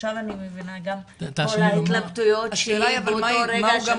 עכשיו אני מבינה גם את כל ההתלבטויות שלי באותו רגע.